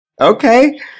Okay